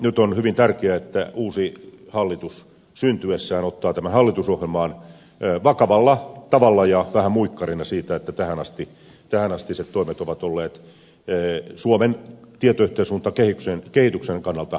nyt on hyvin tärkeää että uusi hallitus syntyessään ottaa tämän hallitusohjelmaan vakavalla tavalla ja vähän muikkarina siitä että tähänastiset toimet ovat olleet suomen tietoyhteiskuntakehityksen kannalta heikkoja